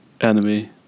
enemy